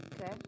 Okay